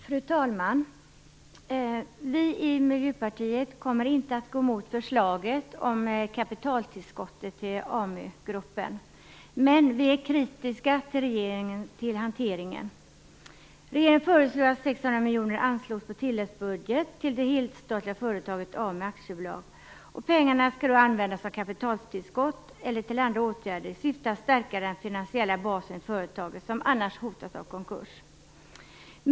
Fru talman! Vi i Miljöpartiet kommer inte att gå emot förslaget om kapitaltillskott till Amu-gruppen. Men vi är kritiska till hanteringen. Regeringen föreslår att 600 miljoner anslås på tilläggsbudget till det helstatliga företaget Amugruppen AB, och pengarna skall då användas som kapitaltillskott eller till andra åtgärder i syfte att stärka den finansiella basen i företaget, som annars hotas av konkurs.